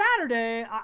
Saturday